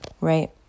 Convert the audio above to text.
right